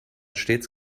stets